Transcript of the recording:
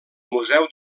museu